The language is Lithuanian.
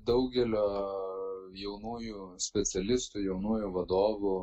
daugelio jaunųjų specialistų jaunųjų vadovų